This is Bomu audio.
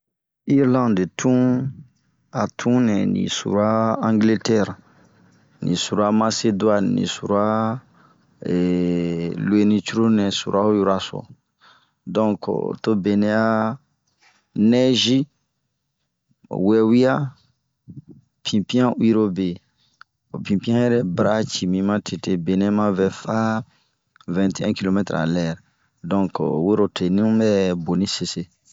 Irlandi tun a tun nɛ ri sura angiletɛre, li sura ma seduwa,,li sura, eehh luenii cururu nɛ sura ho yura soo, donke to bie nɛ'a nɛzi, wewia, pipian uwirobe, pipian yɛrɛ bara'a ciibin matete, benɛ ma vɛ faa vɛnte ɛn kilomɛtere a lɛre. Donke wuro tenuu bɛ boni matete.